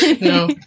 no